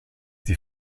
die